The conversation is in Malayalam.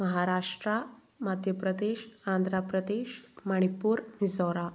മഹാരാഷ്ട്ര മദ്ധ്യപ്രദേശ് ആന്ധ്രപ്രദേശ് മണിപ്പൂർ മിസോറാം